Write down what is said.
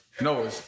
No